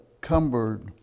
cumbered